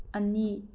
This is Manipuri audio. ꯑꯅꯤ